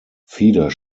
feeder